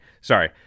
sorry